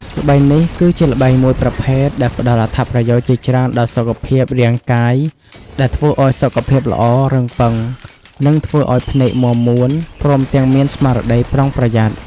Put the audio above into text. ល្បែងនេះគឺជាល្បែងមួយប្រភេទដែលផ្តល់អត្ថប្រយោជន៍ជាច្រើនដល់សុខភាពរាងកាយដែលធ្វើឲ្យសុខភាពល្អ រឹងប៉ឹង និងធ្វើឲ្យភ្នែកមាំមួន ព្រមទាំងមានស្មារតីប្រុងប្រយ័ត្ន។